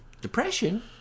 depression